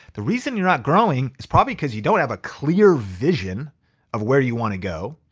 the reason you're not growing, is probably cause you don't have a clear vision of where you wanna go,